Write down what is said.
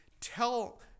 tell